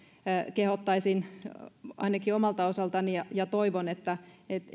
kehottaisin ainakin omalta osaltani ja ja toivon että